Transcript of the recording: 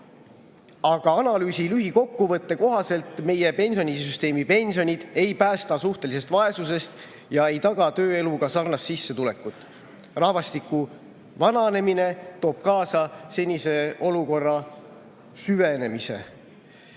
Analüüsi lühikokkuvõtte kohaselt meie pensionisüsteemi pensionid ei päästa suhtelisest vaesusest ega taga tööeluga sarnast sissetulekut. Rahvastiku vananemine toob kaasa senise olukorra süvenemise.